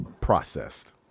processed